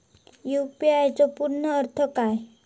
UPI चो पूर्ण अर्थ काय?